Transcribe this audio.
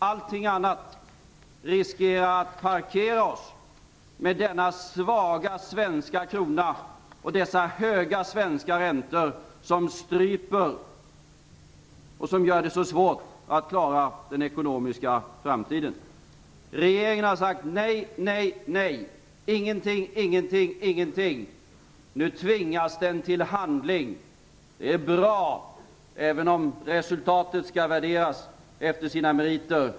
Allting annat riskerar att parkera oss med denna svaga svenska krona och dessa höga svenska räntor som stryper och som gör det så svårt att klara den ekonomiska framtiden. Regeringen har sagt nej, nej, nej - ingenting, ingenting, ingenting. Nu tvingas den till handling. Det är bra, även om resultatet skall värderas efter dess meriter.